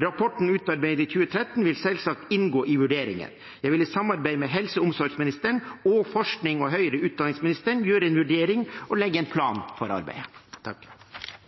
Rapporten utarbeidet i 2013 vil selvsagt inngå i vurderingen. Jeg vil i samarbeid med helse- og omsorgsministeren og forsknings- og høyere utdanningsministeren gjøre en vurdering og legge en plan for arbeidet. Det blir replikkordskifte. Takk